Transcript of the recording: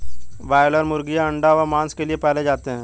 broiler मुर्गीयां अंडा व मांस के लिए पाले जाते हैं